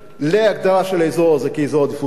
להגדרת האזור הזה כאזור עדיפות לאומית,